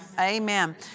Amen